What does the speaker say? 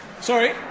Sorry